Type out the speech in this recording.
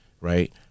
right